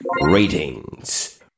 ratings